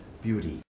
beauty